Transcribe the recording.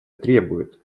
требует